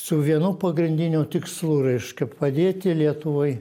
su vienu pagrindiniu tikslu reiškia padėti lietuvai